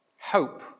hope